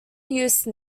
use